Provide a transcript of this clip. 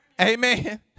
Amen